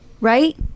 right